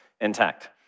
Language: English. intact